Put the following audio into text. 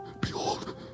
Behold